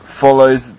Follows